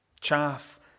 Chaff